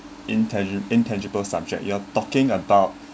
intang~ intangible subject you're talking about